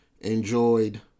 enjoyed